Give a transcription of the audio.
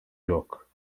yok